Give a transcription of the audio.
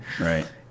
Right